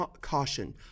Caution